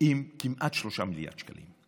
עם כמעט 3 מיליארד שקלים?